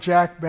Jack